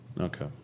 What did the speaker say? Okay